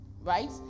right